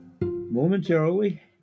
momentarily